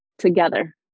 together